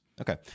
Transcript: Okay